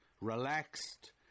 relaxed